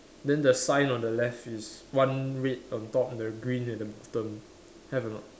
then the sign on the left is one red on top and the green at the bottom have or not